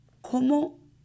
¿Cómo